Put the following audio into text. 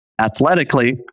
athletically